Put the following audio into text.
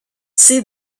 see